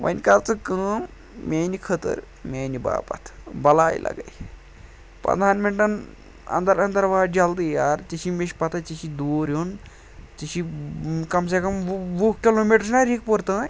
وۄنۍ کَر ژٕ کٲم میٛانہِ خٲطرٕ میٛانہِ باپَتھ بَلاے لَگے پَنٛدہَن مِنٹَن اَنٛدر اَنٛدَر وات جلدی یارٕ ژےٚ چھی مےٚ چھِ پَتہ ژےٚ چھی دوٗر یُن ژےٚ چھُے کَم سے کَم وُہ وُہ کِلوٗ میٖٹَر چھُنہ ریٖکھ پوٗر تام